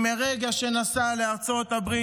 מרגע שהוא נסע לארצות הברית,